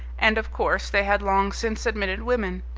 and, of course, they had long since admitted women,